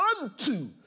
unto